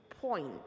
point